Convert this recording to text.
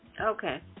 Okay